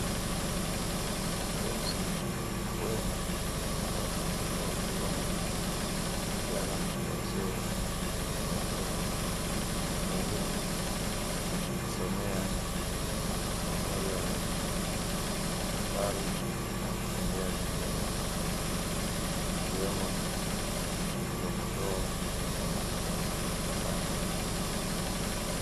Wanafunzi wengi wa kike kwa kiume, vijana, wazee, wakiwa holini wakijisomea pamoja na madaftari na vitendea vingine ikiwemo vikokotoo na kompyuta mpakato.